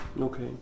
Okay